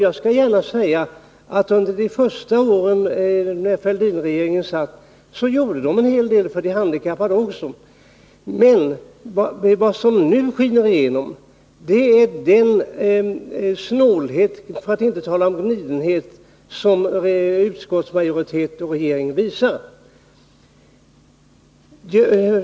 Jag skall gärna säga att under de första åren då regeringen Fälldin satt gjordes det en hel del också för handikappade. Men vad som nu skiner igenom är den snålhet, för att inte säga gnidighet, som regeringen och utskottsmajoriteten visar.